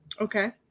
Okay